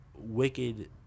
wicked